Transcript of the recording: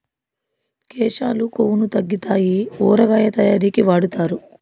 కేశాలు కొవ్వును తగ్గితాయి ఊరగాయ తయారీకి వాడుతారు